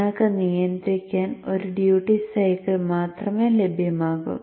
നിങ്ങൾക്ക് നിയന്ത്രിക്കാൻ ഒരു ഡ്യൂട്ടി സൈക്കിൾ മാത്രമേ ലഭ്യമാകൂ